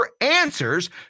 answers